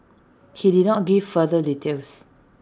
he did not give further details